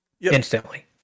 instantly